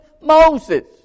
Moses